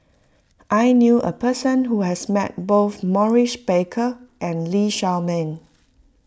I knew a person who has met both Maurice Baker and Lee Shao Meng